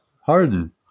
Harden